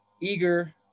eager